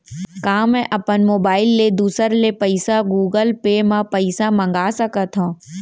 का मैं अपन मोबाइल ले दूसर ले पइसा गूगल पे म पइसा मंगा सकथव?